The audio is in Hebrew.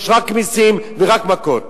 יש רק מסים ורק מכות.